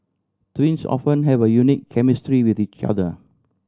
twins often have a unique chemistry with each other